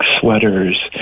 sweaters